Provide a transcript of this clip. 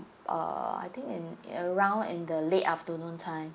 uh I think in around in the late afternoon time